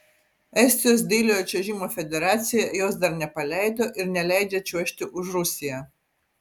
estijos dailiojo čiuožimo federacija jos dar nepaleido ir neleidžia čiuožti už rusiją